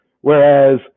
Whereas